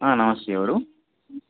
నమస్తే ఎవరు